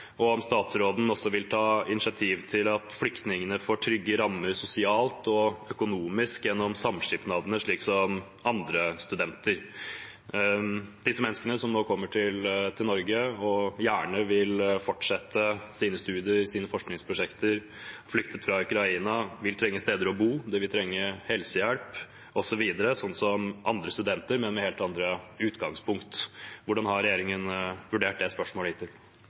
og om statsråden også vil ta initiativ til at flyktningene får trygge rammer sosialt og økonomisk gjennom samskipnadene, sånn som andre studenter. Disse menneskene som har flyktet fra Ukraina og nå kommer til Norge – og som gjerne vil fortsette sine studier, sine forskningsprosjekter – vil trenge steder å bo. De vil trenge helsehjelp osv., sånn som andre studenter, men med et helt annet utgangspunkt. Hvordan har regjeringen vurdert det spørsmålet